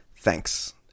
thanks